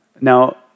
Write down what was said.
Now